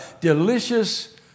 delicious